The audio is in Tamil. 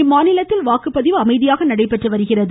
இம்மாநிலத்தில் வாக்குப்பதிவுவ அமைதியாக நடைபெற்று வருகிறது